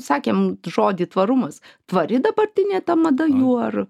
sakėm žodį tvarumas tvari dabartinė ta mada jų ar